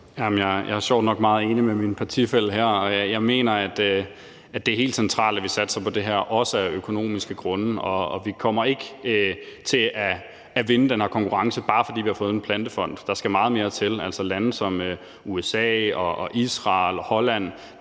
Jeg er sjovt nok meget enig med min partifælle her. Jeg mener, at det er helt centralt, at vi satser på det her, også af økonomiske grunde. Og vi kommer ikke til at vinde den her konkurrence, bare fordi vi har fået en plantefond. Der skal meget mere til. Lande som USA, Israel og Holland